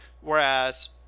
Whereas